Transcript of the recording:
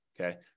Okay